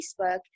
Facebook